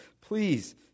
please